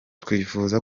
twifuza